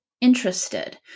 interested